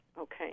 Okay